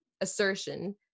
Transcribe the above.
assertion